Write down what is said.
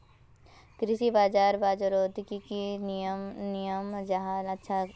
कृषि बाजार बजारोत की की नियम जाहा अच्छा हाई?